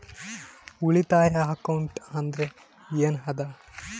ಉಳಿತಾಯ ಅಕೌಂಟ್ ಅಂದ್ರೆ ಏನ್ ಅದ?